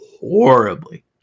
horribly